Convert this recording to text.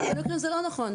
באילו מקרים זה לא נכון.